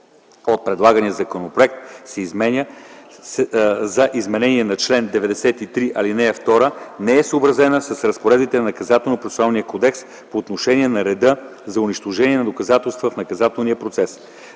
от предлагания законопроект за изменение на чл. 93, ал. 2 не е съобразена с разпоредбите на Наказателно-процесуалния кодекс по отношение на реда за унищожаване на доказателства в наказателния процес.